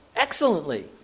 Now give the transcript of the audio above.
excellently